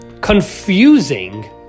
confusing